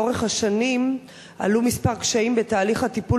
לאורך השנים עלו מספר קשיים בתהליך הטיפול